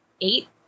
eight